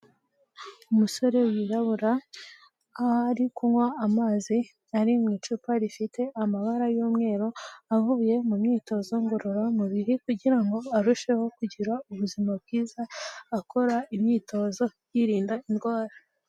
Umusore wirabura aho ari kunywa amazi ari mu icupa rifite amabara y'umweru avuye mu myitozo ngororamubiri kugira ngo arusheho kugira ubuzima bwiza akora imyitozo yirinda indwara.